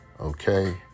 okay